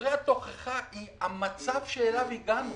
דברי התוכחה הם המצב שאליו הגענו.